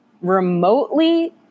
remotely